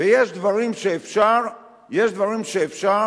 ויש דברים שאפשר יש דברים שאפשר